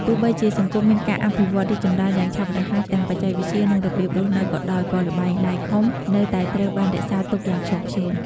ទោះបីជាសង្គមមានការអភិវឌ្ឍរីកចម្រើនយ៉ាងឆាប់រហ័ស ទាំងបច្ចេកវិទ្យា និងរបៀបរស់នៅក៏ដោយ ក៏ ល្បែងបាយខុំ នៅតែត្រូវបានរក្សាទុកយ៉ាងខ្ជាប់ខ្ជួន។